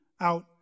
out